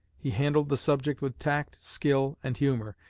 he handled the subject with tact, skill, and humor,